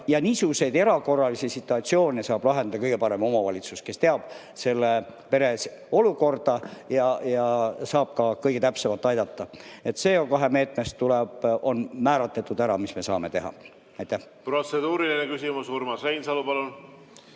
Ja niisuguseid erakorralisi situatsioone saab lahendada kõige paremini omavalitsus, kes teab selle pere olukorda ja saab ka kõige täpsemalt aidata. CO2meetme puhul on määratletud ära, mida me saame teha. Protseduuriline küsimus. Urmas Reinsalu, palun!